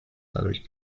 dadurch